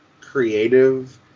creative